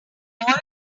always